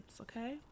okay